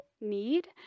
need